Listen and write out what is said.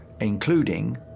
including